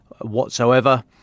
whatsoever